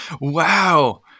Wow